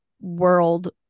world